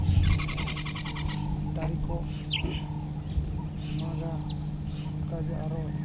ᱫᱟᱨᱮ ᱠᱚ ᱢᱟᱜᱟ ᱚᱱᱠᱟᱜᱮ ᱟᱨᱚ